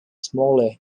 smaller